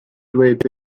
dweud